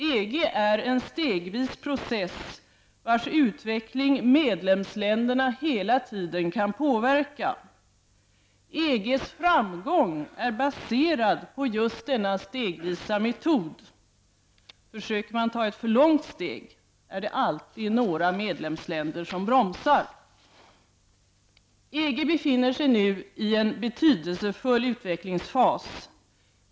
EG är en stegvis process, vars utveckling medlemsländerna hela tiden kan påverka. EG:s framgång är baserad på just denna stegvisa metod. Försöker man ta ett för långt steg är det alltid några medlemsländer som bromsar. EG befinner sig nu i en betydelsefull utvecklingsfas.